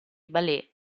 ballet